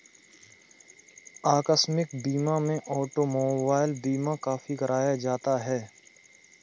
आकस्मिक बीमा में ऑटोमोबाइल बीमा काफी कराया जाता है